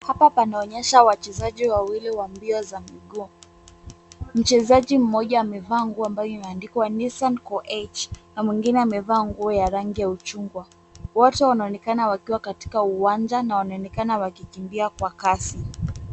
Hapa panaonyesha wachezaji wawili wa mbio za miguu. Mchezaji mmoja amevaa nguo ambayo imeandikwa Nissan Koech na mwingine amevaa nguo ya rangi ya uchungwa. Wote wakiwa katika uwanja na wanaonekana wakikimbia kwa kasi.